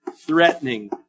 threatening